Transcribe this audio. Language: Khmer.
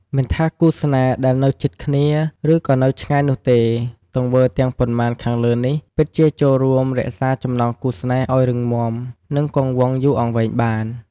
មិនថាគូរស្នេហ៍ដែលនៅជិតគ្នាឬក៏នៅឆ្ងាយនោះទេ ទង្វើទាំងប៉ុន្មានខាងលើនេះពិតជាចូលរួមរក្សាចំំណងគូរស្នេហ៍ឱ្យរឹងមាំ និងគង់វង្សយូរអង្វែងបាន។